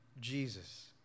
Jesus